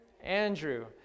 Andrew